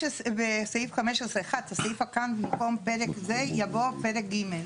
בסעיף 15. (1) בסעיף קטן (א) במקום "לפרק זה" יבוא "לפרג ג'".